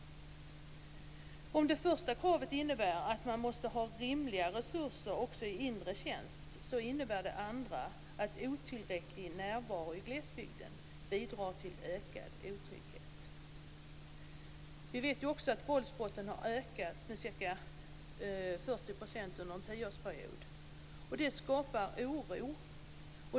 Om det första kravet innebär att man måste ha rimliga resurser också i inre tjänst, innebär det andra att otillräcklig närvaro i glesbygden bidrar till ökad otrygghet. Vi vet också att våldsbrotten har ökat med ca 40 % under en tioårsperiod, och det skapar oro.